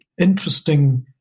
interesting